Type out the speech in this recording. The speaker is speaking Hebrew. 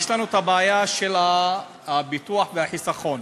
יש לנו בעיה של הביטוח והחיסכון.